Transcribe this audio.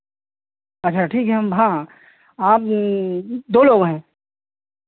अच्छा ठीक है हम हाँ आप दो लोग हैं